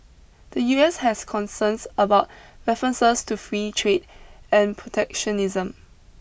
the U S has concerns about references to free trade and protectionism